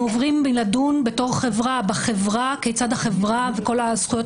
אנחנו עוברים מלדון בחברה החברה וכל הזכויות